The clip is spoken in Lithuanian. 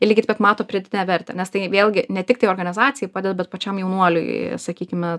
ir lygiai taip pat mato pridėtinę vertę nes tai vėlgi ne tiktai organizacijai padeda bet pačiam jaunuoliui sakykime